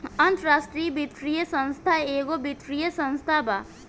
अन्तराष्ट्रिय वित्तीय संस्था एगो वित्तीय संस्था बा